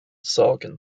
sorgen